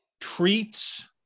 treats